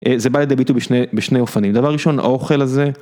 זה בא לידי ביטוי בשני אופנים, דבר ראשון, האוכל הזה...